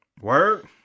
Word